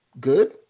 good